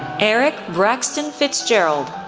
eric braxton fitzgerald,